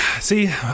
see